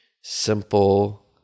simple